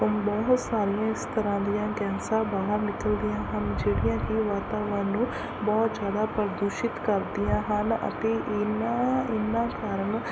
ਬਹੁਤ ਸਾਰੀਆਂ ਇਸ ਤਰ੍ਹਾਂ ਦੀਆਂ ਗੈਸਾਂ ਬਹਾਰ ਨਿਕਲਦੀਆਂ ਹਨ ਜਿਹੜੀਆਂ ਕਿ ਵਾਤਾਵਰਨ ਨੂੰ ਬਹੁਤ ਜ਼ਿਆਦਾ ਪ੍ਰਦੂਸ਼ਿਤ ਕਰਦੀਆਂ ਹਨ ਅਤੇ ਇਹਨਾਂ ਇਹਨਾਂ ਕਾਰਨ